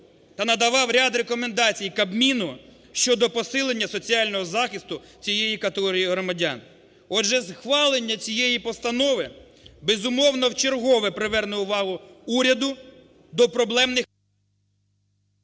та надавав ряд рекомендацій Кабміну щодо посилення соціального захисту цієї категорії громадян. Отже, схвалення цієї постанови, безумовно, вчергове приверне увагу уряду до проблемних…